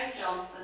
Johnson